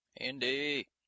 Andy